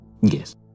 Yes